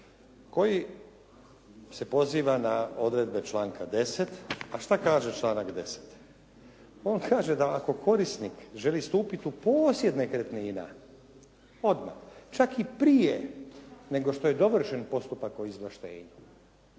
koji se poziva na odredbe članka 10., a šta kaže članak 10.? On kaže da ako korisnik želi stupiti u posjed nekretnina odmah, čak i prije nego što je dovršen postupak o izvlaštenju,